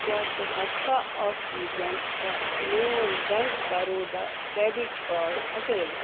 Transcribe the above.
کیٛاہ ژٕ ہیٚکہِ کھا آکسیٖجن پٮ۪ٹھ میٛون بیٚنٛک بَروڈا ڈیٚبِٹ کارڈ ہٹٲیِتھ